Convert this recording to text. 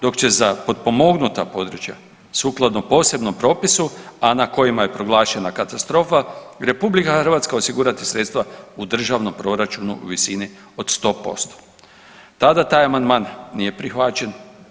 Dok će za potpomognuta područja sukladno posebnom propisu, a na kojim je proglašena katastrofa RH osigurati sredstva u državnom proračunu u visini od 100%.“ Tada taj amandman nije prihvaćen.